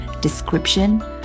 description